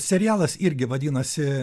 serialas irgi vadinasi